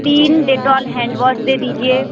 तीन Dettol handwash दे दीजिए